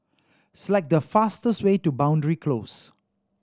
select the fastest way to Boundary Close